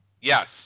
Yes